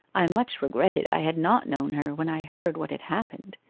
i much regretted i had not known her when i heard what had happened.